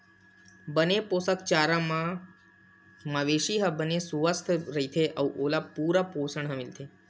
बने पोसक चारा दे म मवेशी ह बने सुवस्थ रहिथे अउ ओला पूरा पोसण ह मिलथे